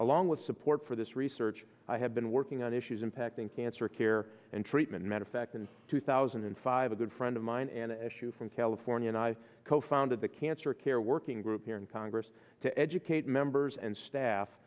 along with support for this research i have been working on issues impacting cancer care and treatment matter fact in two thousand and five a good friend of mine an issue from california and i co founded the cancer care working group here in congress to educate members and staff